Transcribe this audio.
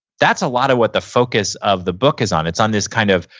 that's a lot of what the focus of the book is on. it's on this kind of,